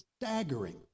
staggering